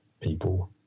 people